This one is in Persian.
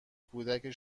کودکان